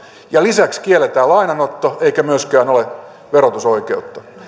ja lisäksi kielletään lainanotto eikä myöskään ole verotusoikeutta